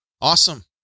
Awesome